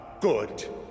good